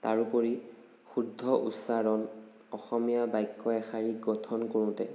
তাৰোপৰি শুদ্ধ উচ্চাৰণ অসমীয়া বাক্য় এশাৰী গঠন কৰোঁতে